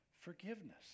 forgiveness